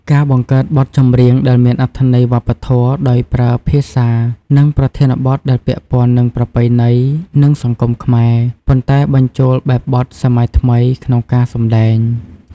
ការបង្កើតបទចម្រៀងដែលមានអត្ថន័យវប្បធម៌ ដោយប្រើភាសា និងប្រធានបទដែលពាក់ព័ន្ធនឹងប្រពៃណី និងសង្គមខ្មែរ ប៉ុន្តែបញ្ចូលបែបបទសម័យថ្មីក្នុងការសម្តែង។